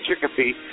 Chicopee